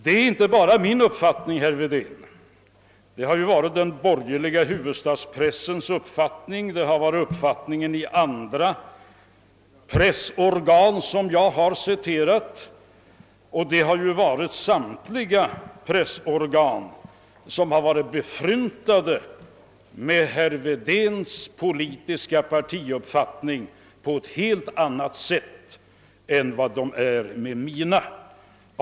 Detta är inte bara min uppfattning; det är den borgerliga huvudstadspressens uppfattning, och det är en uppfattning som kommit: till uttryck också i andra pressorgan som jag har citerat. Samtliga dessa pressorgan har varit sådana som är befryndade med herr Wedéns parti på ett helt annat sätt än med mitt parti.